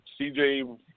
CJ